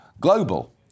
Global